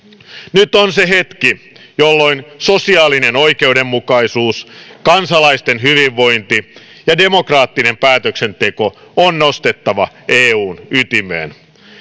nyt on se hetki jolloin sosiaalinen oikeudenmukaisuus kansalaisten hyvinvointi ja demokraattinen päätöksenteko on nostettava eun ytimeen